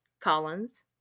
Collins